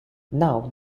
now